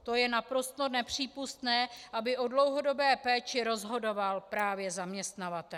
To je naprosto nepřípustné, aby o dlouhodobé péči rozhodoval právě zaměstnavatel.